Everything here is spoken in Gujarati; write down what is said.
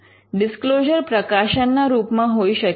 ડિસ્ક્લોઝર પ્રકાશનના રૂપમાં હોઈ શકે